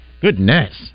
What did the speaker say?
Goodness